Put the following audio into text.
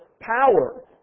power